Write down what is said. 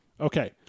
Okay